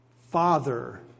father